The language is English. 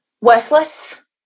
worthless